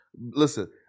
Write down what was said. listen